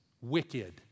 wicked